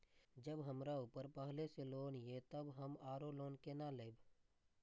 जब हमरा ऊपर पहले से लोन ये तब हम आरो लोन केना लैब?